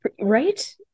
Right